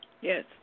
Yes